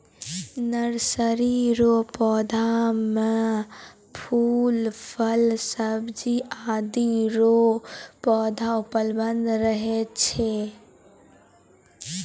nursery रो पौधा मे फूल, फल, सब्जी आदि रो पौधा उपलब्ध रहै छै